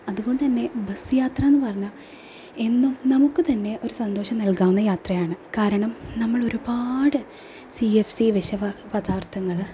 അതുകൊണ്ടന്നെ ബസ്സ് യാത്ര എന്ന് പറഞ്ഞാൽ എന്നും നമുക്ക് തന്നെ ഒരു സന്തോഷം നൽകാവുന്ന യാത്രയാണ് കാരണം നമ്മൾ ഒരുപാട് സി എഫ് സി വിഷ പ പദാർത്ഥങ്ങൾ